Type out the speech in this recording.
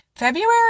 February